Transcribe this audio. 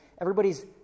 Everybody's